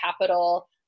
capital